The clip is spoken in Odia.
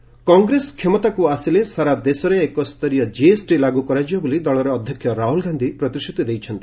ରାହୁଲ ଗାନ୍ଧି କଂଗ୍ରେସ କ୍ଷମତାକୁ ଆସିଲେ ସାରା ଦେଶରେ ଏକ ସ୍ତରୀୟ ଜିଏସ୍ଟି ଲାଗୁ କରାଯିବ ବୋଲି ଦଳର ଅଧ୍ୟକ୍ଷ ରାହୁଲ ଗାନ୍ଧି ପ୍ରତିଶ୍ରତି ଦେଇଛନ୍ତି